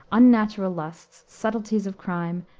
unnatural lusts, subtleties of crime,